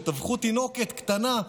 שטבחו תינוקת קטנה,